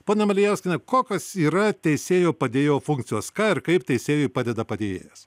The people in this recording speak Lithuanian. ponia malijauskiene kokios yra teisėjo padėjėjo funkcijos ką ir kaip teisėjui padeda padėjėjas